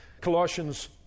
Colossians